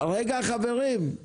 אני מכיר את יעקב.